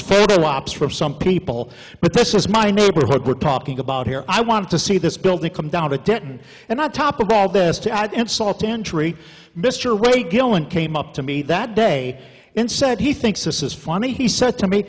wops from some people but this is my neighborhood we're talking about here i want to see this building come down to ten and not top of all this to add insult to injury mr ray killen came up to me that day and said he thinks this is funny he said to me